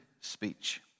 speech